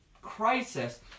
crisis